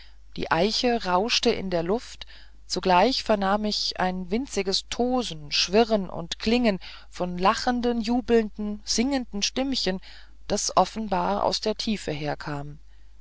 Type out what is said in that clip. die eiche rauschte in der luft zugleich vernahm ich ein winziges tosen schwirren und klingen von lachenden jubelnden singenden stimmchen das offenbar aus der tiefe herkam